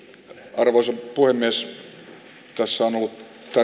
arvoisa puhemies tässä on ollut tärkeätä